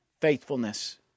faithfulness